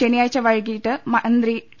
ശനിയാഴ്ച വൈകിട്ട് മന്ത്രി ടി